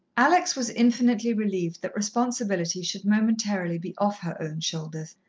alex was infinitely relieved that responsibility should momentarily be off her own shoulders,